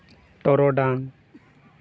ᱴᱚᱨᱚᱰᱟᱝ